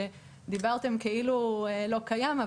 שדיברתם כאילו הוא לא קיים,